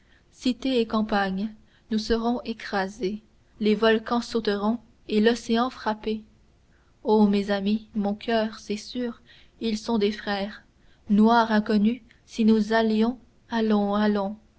cités et campagnes nous serons écrasés les volcans sauteront et l'océan frappé oh mes amis mon coeur c'est sûr ils sont des frères noirs inconnus si nous allions allons allons